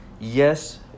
yes